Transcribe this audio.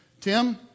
Tim